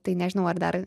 tai nežinau ar dar